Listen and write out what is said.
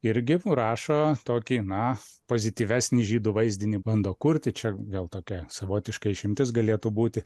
irgi rašo tokį na pozityvesnį žydų vaizdinį bando kurti čia gal tokia savotiška išimtis galėtų būti